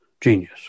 genius